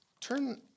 turn